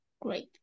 great